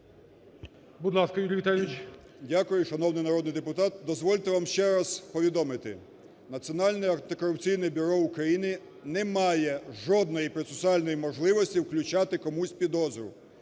Дякую, шановний народний депутат. Дозвольте вам ще раз повідомити. Національне антикорупційне бюро України не має жодної процесуальної можливості включати комусь підозру,